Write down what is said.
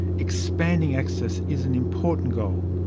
expanding access is an important goal,